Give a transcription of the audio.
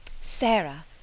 Sarah